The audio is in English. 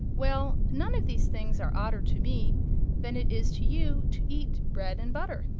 well, none of these things are odder to me than it is to you to eat bread and butter.